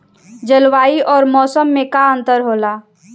जलवायु और मौसम में का अंतर होला?